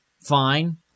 fine